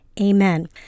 Amen